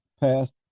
passed